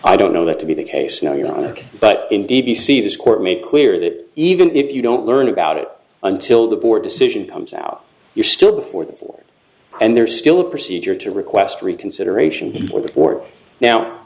i don't know that to be the case now your honor but in d v c this court made clear that even if you don't learn about it until the board decision comes out you're still before the war and there's still a procedure to request reconsideration whether or now